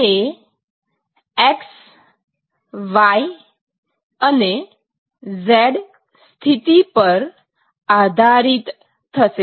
તે x y અને z સ્થિતિ પણ આધારિત થશે